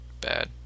bad